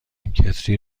کتری